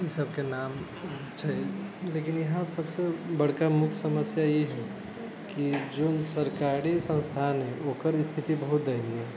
ई सभके नाम छै लेकिन यहाँ सभसँ बड़का मुख्य समस्या ई है कि जोन सरकारी संस्थान है ओकर स्थिति बहुत दैयनीय है